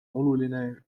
oluline